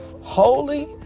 holy